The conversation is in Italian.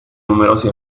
numerosi